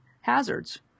hazards